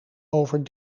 over